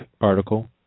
article